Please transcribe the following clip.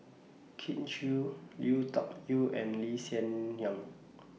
Kin Chui Lui Tuck Yew and Lee Hsien Yang